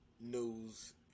news